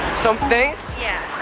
some things? yeah!